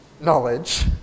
knowledge